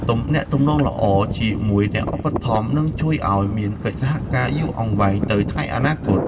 ទំនាក់ទំនងល្អជាមួយអ្នកឧបត្ថម្ភនឹងជួយឱ្យមានកិច្ចសហការយូរអង្វែងទៅថ្ងៃអនាគត។